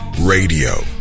radio